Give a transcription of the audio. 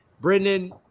Brendan